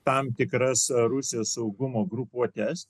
tam tikras rusijos saugumo grupuotes